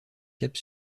cap